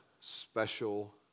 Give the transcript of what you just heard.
special